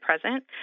present